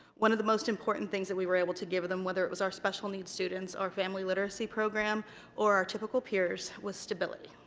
one of the most important things that we were able to give them, whether it was our special needs students or family literacy program or our typical peers was stability.